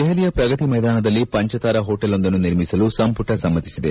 ದೆಹಲಿಯ ಪ್ರಗತಿ ಮೈದಾನದಲ್ಲಿ ಪಂಚತಾರಾ ಹೋಟೆಲ್ವೊಂದನ್ನು ನಿರ್ಮಿಸಲು ಸಂಪುಟ ಸಮ್ನತಿಸಿದೆ